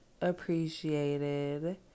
appreciated